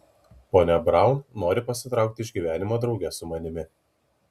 ponia braun nori pasitraukti iš gyvenimo drauge su manimi